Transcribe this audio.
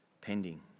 pending